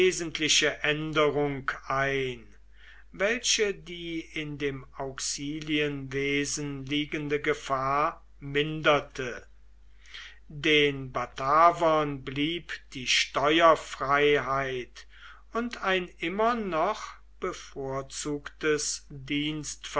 änderung ein welche die in dem auxilienwesen liegende gefahr minderte den batavern blieb die steuerfreiheit und ein immer noch bevorzugtes